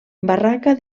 barraca